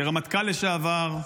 כרמטכ"ל לשעבר,